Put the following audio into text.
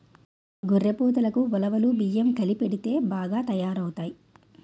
గొర్రెపోతులకి ఉలవలు బియ్యం కలిపెడితే బాగా తయారవుతాయి